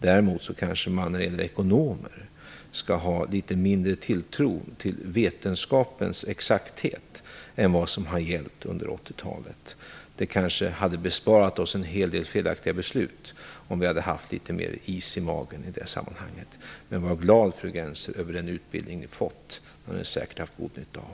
Däremot kanske man skall ha litet mindre tilltro till den ekonomiska vetenskapens exakthet än vad som har gällt under 80-talet. Det kanske hade besparat oss en hel del felaktiga beslut om vi hade haft litet mer is i magen i det sammanhanget. Var glad, fru Gennser, över den utbildning ni fått! Den har ni säkert haft god nytta av.